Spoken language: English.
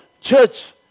church